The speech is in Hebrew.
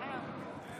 תודה.